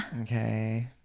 Okay